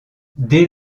dès